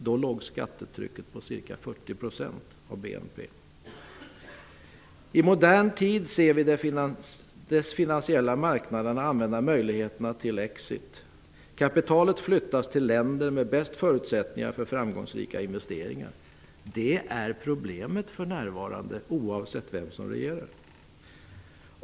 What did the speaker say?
Då låg skattetrycket på ca 40 % av BNP. I modern tid ser vi de finansiella marknaderna använda möjligheterna till ''exit''. Kapitalet flyttas till de länder som har de bästa förutsättningarna för framgångsrika investeringar. Det är problemet för närvarande -- oavsett vem som regerar.